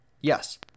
yes